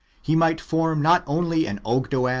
he might form not only an ogdoad,